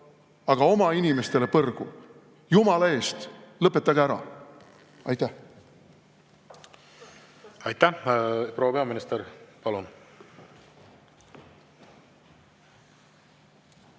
aga oma inimestele põrgu. Jumala eest, lõpetage ära! Aitäh! Aitäh! Proua peaminister, palun!